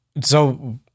So-